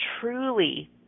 truly